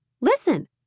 Listen